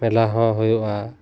ᱢᱮᱞᱟ ᱦᱚᱸ ᱦᱩᱭᱩᱜᱼᱟ